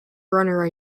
runner